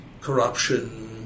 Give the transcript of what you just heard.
corruption